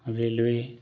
railway